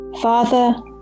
Father